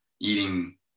eating